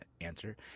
answer